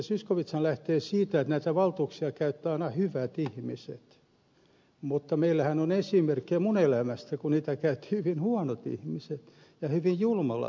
zyskowiczhan lähtee siitä että näitä valtuuksia käyttävät aina hyvät ihmiset mutta meillähän on esimerkkejä siitä minulla on elämästäni kun niitä ovat käyttäneet hyvin huonot ihmiset ja hyvin julmalla tavalla